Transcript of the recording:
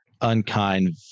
unkind